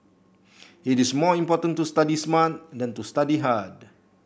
it is more important to study smart than to study hard